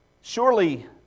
Surely